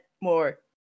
more